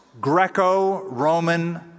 Greco-Roman